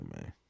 man